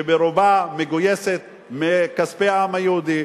שרובה מגויסת מכספי העם היהודי,